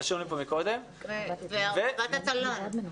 והרכבת התל"ן.